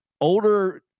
older